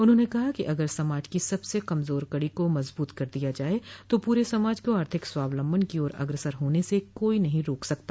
उन्होंने कहा कि अगर समाज के सबसे कमजोर कड़ी को मजबूत कर दिया जाये तो पूरे समाज की आर्थिक स्वावलम्बन की ओर अग्रसर होने से कोई नहीं रोक सकता